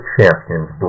Champions